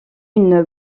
une